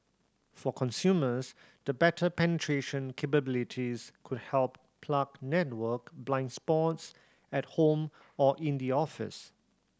for consumers the better penetration capabilities could help plug network blind spots at home or in the office